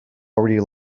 already